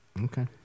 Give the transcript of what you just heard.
Okay